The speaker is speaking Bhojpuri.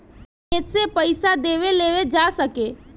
एसे पइसा देवे लेवे जा सके